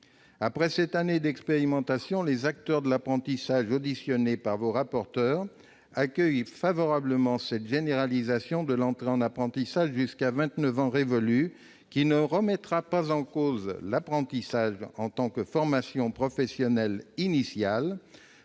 Après cette année d'expérimentation, les acteurs de l'apprentissage auditionnés par vos rapporteurs accueillent favorablement cette généralisation de l'entrée en apprentissage jusqu'à 29 ans révolus qui ne remettra pas en cause l'apprentissage en tant que formation professionnelle initiale.